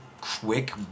quick